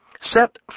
Set